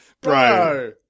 Bro